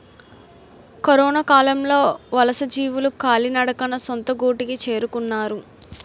కరొనకాలంలో వలసజీవులు కాలినడకన సొంత గూటికి చేరుకున్నారు